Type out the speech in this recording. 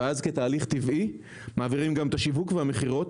ואז כתהליך טבעי, מעבירים גם את השיווק והמכירות,